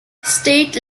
state